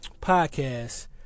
podcast